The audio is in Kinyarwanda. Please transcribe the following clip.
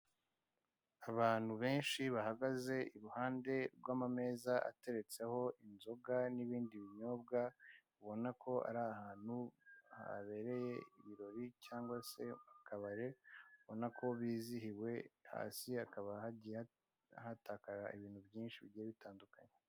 Abantu benshi bahagaze imbere y'ameza ariho inzoga n'ibindi biyobwa, akaba ari ahantu habereye ibirori cyangw aukaba ubona ko bizihiwe, hasi hakab hagiye hatakara ibintu byinshi bigiye bitandukanye.